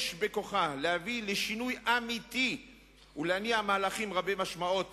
יש בכוחה להביא לשינוי אמיתי ולהניע מהלכים רבי משמעות